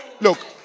Look